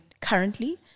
currently